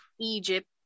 Egypt